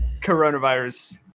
coronavirus